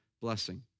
blessing